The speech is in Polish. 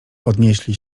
podnieśli